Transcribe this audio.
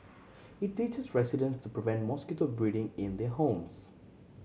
it teaches residents to prevent mosquito breeding in their homes